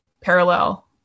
parallel